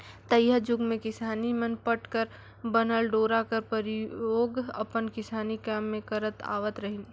तइहा जुग मे किसान मन पट कर बनल डोरा कर परियोग अपन किसानी काम मे करत आवत रहिन